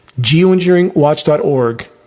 geoengineeringwatch.org